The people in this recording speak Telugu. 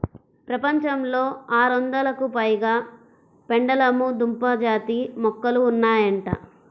ప్రపంచంలో ఆరొందలకు పైగా పెండలము దుంప జాతి మొక్కలు ఉన్నాయంట